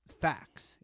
facts